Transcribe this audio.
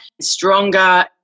stronger